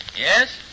Yes